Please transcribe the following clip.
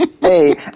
Hey